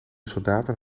soldaten